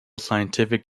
scientific